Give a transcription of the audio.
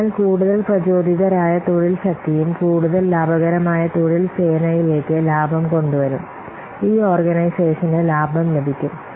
അതിനാൽ കൂടുതൽ പ്രചോദിതരായ തൊഴിൽ ശക്തിയും കൂടുതൽ ലാഭകരമായ തൊഴിൽ സേനയിലേക്ക് ലാഭം കൊണ്ടുവരും ഈ ഓർഗനൈസേഷന് ലാഭം ലഭിക്കും